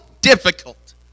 difficult